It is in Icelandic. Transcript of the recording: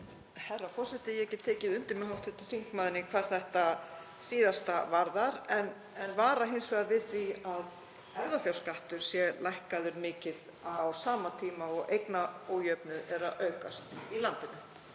Herra forseti. Ég get tekið undir með hv. þingmanni hvað þetta síðasta varðar en vara hins vegar við því að erfðafjárskattur sé lækkaður mikið á sama tíma og eignaójöfnuður er að aukast í landinu.